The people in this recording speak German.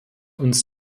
uns